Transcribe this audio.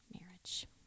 marriage